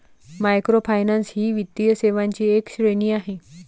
microfinance ही वित्तीय सेवांची एक श्रेणी आहे